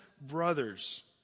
brothers